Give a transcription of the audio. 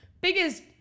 Biggest